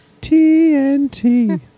TNT